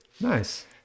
Nice